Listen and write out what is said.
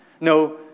No